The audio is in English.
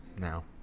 now